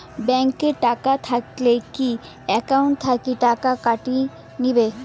Bank এ টাকা থাকিলে কি একাউন্ট থাকি টাকা কাটি নিবেন?